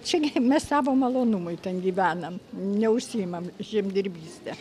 čia gi mes savo malonumui ten gyvenam neužsiimam žemdirbyste